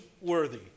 worthy